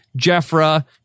Jeffra